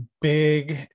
big